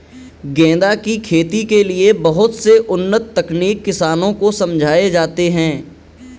गेंदा की खेती के लिए बहुत से उन्नत तकनीक किसानों को समझाए जाते हैं